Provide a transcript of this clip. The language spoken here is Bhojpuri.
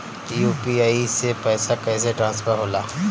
यू.पी.आई से पैसा कैसे ट्रांसफर होला?